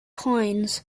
coins